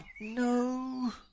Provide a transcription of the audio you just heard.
no